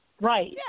Right